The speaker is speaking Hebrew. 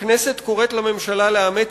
4. הכנסת קוראת לממשלה לאמץ